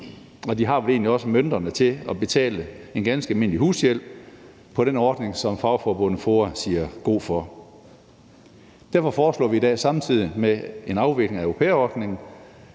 også mønterne til at betale en ganske almindelig hushjælp på den ordning, som fagforbundet FOA siger god for. Derfor foreslår vi i dag samtidig med en afvikling af au pair-ordningen,